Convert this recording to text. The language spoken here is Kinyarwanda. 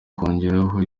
kongeraho